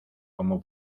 como